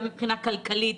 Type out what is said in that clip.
גם מבחינה כלכלית,